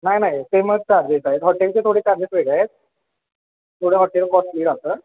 नाही नाही सेमच चार्जेस आहेत हॉटेलचे थोडे चार्जेस वेगळे आहेत थोडं हॉटेल कॉस्टली राहतं